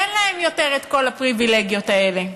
אין להם יותר כל הפריבילגיות האלה.